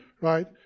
right